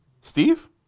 Steve